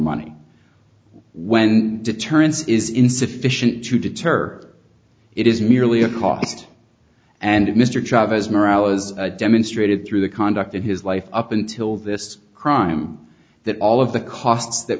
money when deterrence is insufficient to deter it is merely a cost and mr job as morale as demonstrated through the conduct of his life up until this crime that all of the costs that